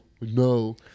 no